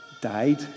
died